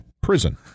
Prison